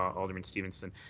alderman stevenson.